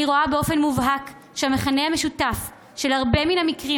אני רואה באופן מובהק שהמכנה המשותף של הרבה מן המקרים